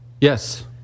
Yes